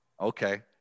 Okay